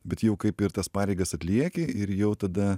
bet jau kaip ir tas pareigas atlieki ir jau tada